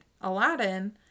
Aladdin